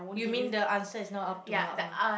you mean the answer is not up to mark ah